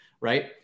Right